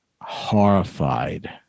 horrified